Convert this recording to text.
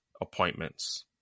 appointments